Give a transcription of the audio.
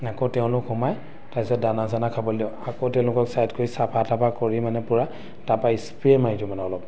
আকৌ তেওঁলোক সোমায় তাৰপিছত দানা চানা খাবলৈ দিওঁ আকৌ তেওঁলোকক চাইড কৰি চাফা তাফা কৰি মানে পূৰা তাৰপৰা স্প্ৰে মাৰি দিওঁ মানে অলপ